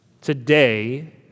Today